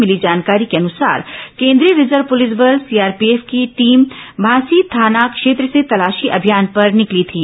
मिली जानकारी के अनुसार केंद्रीय रिजर्व पुलिस बल सीआरपीएफ की टीम भांसी थाना क्षेत्र से तलाशी अभियान पर निकली थी